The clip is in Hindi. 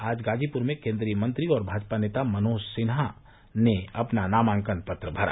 आज गाजीपुर में केन्द्रीय मंत्री और भाजपा नेता मनोज सिन्हा ने अपना नामांकन पत्र भरा